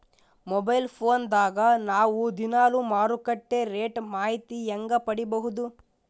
Mobile phone ದಾಗ ನಾವು ದಿನಾಲು ಮಾರುಕಟ್ಟೆ ರೇಟ್ ಮಾಹಿತಿ ಹೆಂಗ ಪಡಿಬಹುದು?